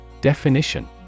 Definition